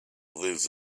lives